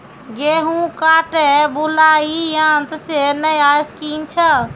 गेहूँ काटे बुलाई यंत्र से नया स्कीम छ?